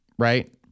right